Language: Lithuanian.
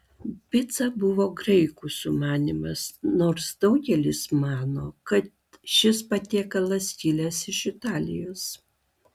pica buvo graikų sumanymas nors daugelis mano kad šis patiekalas kilęs iš italijos